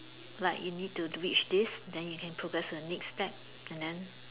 like you need to reach this and then you can progress the next step and then